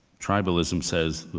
tribalism says,